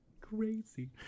crazy